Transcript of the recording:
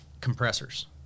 compressors